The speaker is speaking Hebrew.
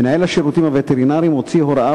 מנהל השירותים הווטרינריים הוציא הוראה